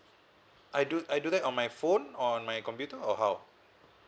I do I do that on my phone or on my computer or how